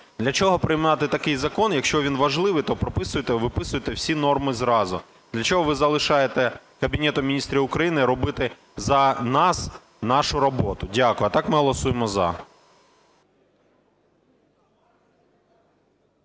Для чого приймати такий закон? Якщо він важливий то прописуйте, виписуйте всі норми зразу. Для чого ви залишаєте Кабінету Міністрів України робити за нас нашу роботу? Дякую. А так, ми голосуємо "за".